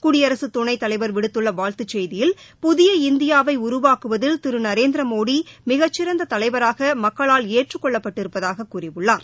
குடியரசு துணைத்தலைவா் விடுத்துள்ள வாழ்த்துச் செய்தியில் புதிய இந்தியாவை உருவாக்குவதில் திரு நரேந்திரமோடி மிகச்சிறந்த தலைவராக மக்களால் ஏற்றுக் கொள்ளப்பட்டிருப்பதாகக் கூறியுள்ளார்